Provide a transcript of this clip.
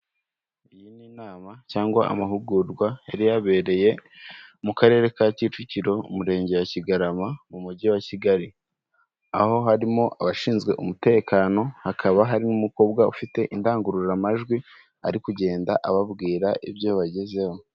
Iyi inama cyangwa amahugurwa yari yabereye mu karere ka Kicukiro mu murenge wa Kigarama mu mujyi wa Kigali, aho harimo abashinzwe umutekano hakaba hari n'umukobwa ufite indangururamajwi ari kugenda ababwira ibyo bagezeho.